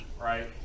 Right